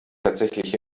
tatsächlich